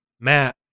Matt